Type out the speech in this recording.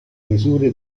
misure